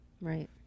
Right